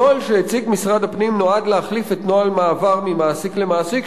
הנוהל שהציג משרד הפנים נועד להחליף את נוהל מעבר ממעסיק למעסיק,